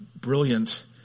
brilliant